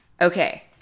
Okay